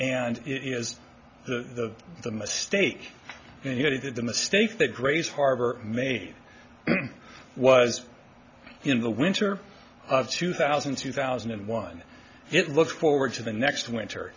and it is the the mistake he did the mistake the grays harbor made was in the winter of two thousand and two thousand and one it looks forward to the next winter